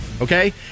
okay